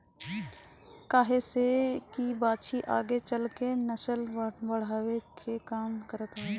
काहे से की बाछी आगे चल के नसल बढ़ावे के काम करत हवे